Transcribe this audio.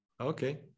Okay